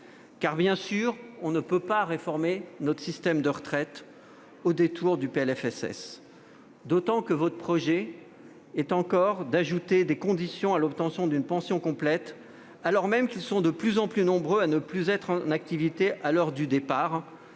Car, bien sûr, on ne peut réformer notre système de retraites au détour du PLFSS, d'autant que votre projet est d'ajouter encore des conditions à l'obtention d'une pension complète alors même que nos concitoyens sont de plus en plus nombreux à ne plus être en activité à l'heure du départ.